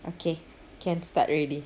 okay can start already